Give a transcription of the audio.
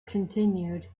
continued